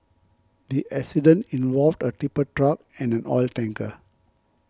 the accident involved a tipper truck and an oil tanker